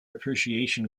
appreciation